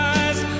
eyes